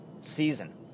season